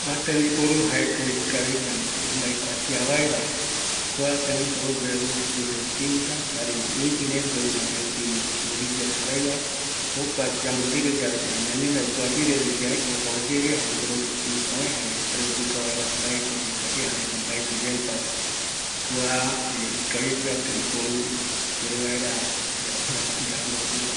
Kua tembiporu jaeko ikavi yambaekuatia vaera, kua tembiporu gueru japɨpe tinta, ïtire gueru mopetï voriyaesa raɨva, jokua ñañono yave tupapire yave jokua oyere, jaema tinta oe, yaesa vaera mbaeko yaikuatia, jare mbaeko yaetava, kua tembiporu ikavigueva